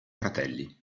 fratelli